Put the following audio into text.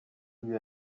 lui